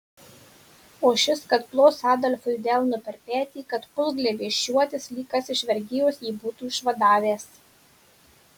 o šis kad plos adolfui delnu per petį kad puls glėbesčiuotis lyg kas iš vergijos jį būti išvadavęs